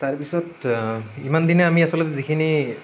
তাৰপিছত ইমানদিনে আমি আচলতে যিখিনি